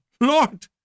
Lord